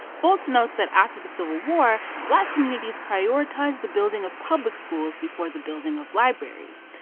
fultz notes that after the civil war, black communities prioritized the building of public schools before the building of libraries.